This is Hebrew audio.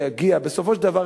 בסופו של דבר,